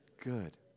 Good